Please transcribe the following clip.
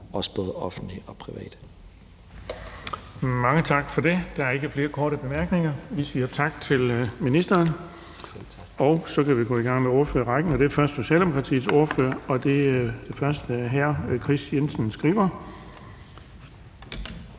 også både offentlige og private.